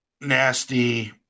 nasty